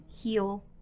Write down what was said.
heal